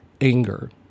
Anger